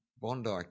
Bondi